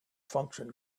function